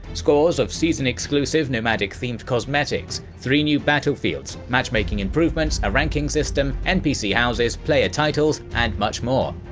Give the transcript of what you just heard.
scores of season-exclusive nomadic-themed cosmetics, three new battlefields, matchmaking improvements, ah ranking system, npc houses, player titles and much more!